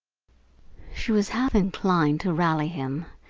she was half inclined to rally him,